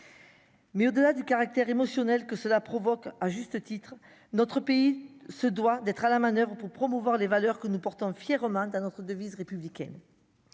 Mais au-delà du caractère émotionnel que cela provoque à juste titre, notre pays se doit d'être à la manoeuvre pour promouvoir les valeurs que nous portons fièrement dans notre devise républicaine,